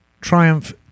Triumph